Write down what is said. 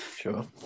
Sure